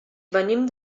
venim